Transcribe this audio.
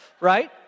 right